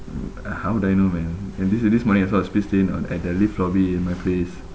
mm uh how would I know when and this this morning I saw a spit stain on at the lift lobby in my place